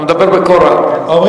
אתה מדבר בקול רם.